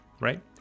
right